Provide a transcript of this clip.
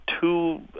two